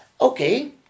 Okay